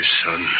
son